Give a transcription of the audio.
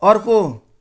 अर्को